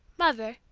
mother,